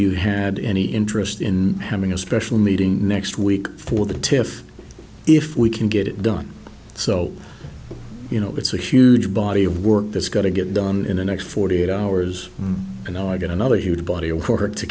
you had any interest in having a special meeting next week for the tiff if we can get it done so you know it's a huge body of work that's got to get done in the next forty eight hours and i get another huge body of water to